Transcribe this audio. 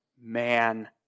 man